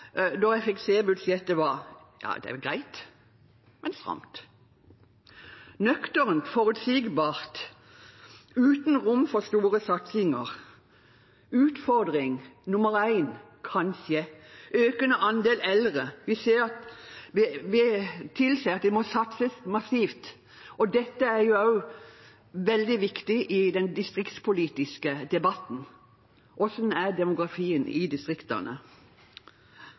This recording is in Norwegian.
da jeg fikk se det: Ja, det er vel greit, men stramt, nøkternt, forutsigbart og uten rom for store satsinger. Utfordring nummer én er kanskje at en økende andel eldre tilsier at det må satses massivt, og dette er også veldig viktig i den distriktspolitiske debatten. Hvordan er demografien i distriktene?